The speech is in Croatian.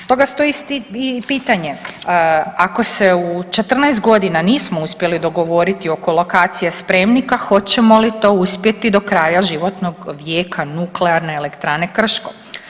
Stoga stoji i pitanje ako se u 14.g. nismo mogli dogovoriti oko lokacije spremnika hoćemo li to uspjeti do kraja životnog vijeka Nuklearne elektrane Krško?